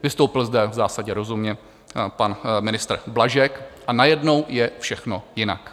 Vystoupil zde v zásadě rozumně pan ministr Blažek a najednou je všechno jinak.